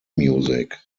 music